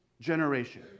generation